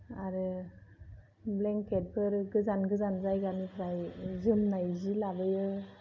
आरो ब्लेंकेटफोर गोजान गोजान जायगानिफ्राय जोमनाय जि लाबोयो